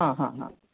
हां हां हां